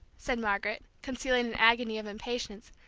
said margaret, concealing an agony of impatience,